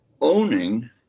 owning